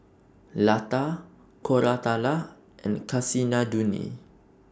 Lata Koratala and Kasinadhuni